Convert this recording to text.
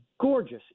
gorgeous